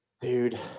Dude